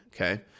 okay